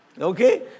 Okay